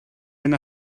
hyn